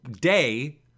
day